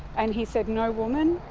and he said, no woman.